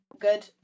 good